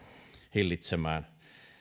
hillitsemään